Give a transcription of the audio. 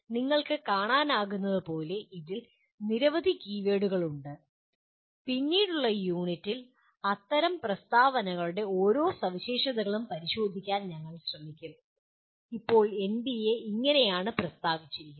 നിങ്ങൾക്ക് കാണാനാകുന്നതുപോലെ ഇതിൽ നിരവധി കീവേഡുകൾ ഉണ്ട് പിന്നീടുള്ള യൂണിറ്റുകളിൽ അത്തരം പ്രസ്താവനകളുടെ ഓരോ സവിശേഷതകളും പരിശോധിക്കാൻ ഞങ്ങൾ ശ്രമിക്കും ഇപ്പോൾ എൻബിഎ ഇങ്ങനെയാണ് പ്രസ്താവിച്ചിരിക്കുന്നത്